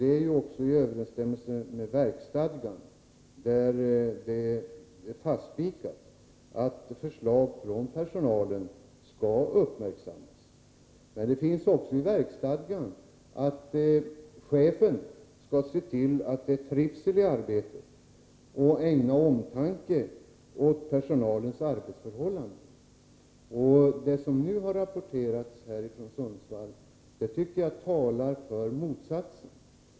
Det är ju i överensstämmelse med verksstadgan, Nr 68 där det är spikat att förslag från personalen skall uppmärksammas. Men det sägs också i verksstadgan att chefen skall se till att det råder trivsel i arbetet. Vidare skall chefen ha omtanke om personalen när det gäller arbetsförhållandena. Jag tycker att det som rapporterats från Sundsvall talar för motsatsen.